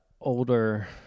Older